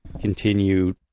continue